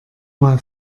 mal